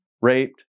raped